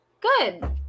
Good